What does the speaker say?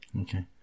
Okay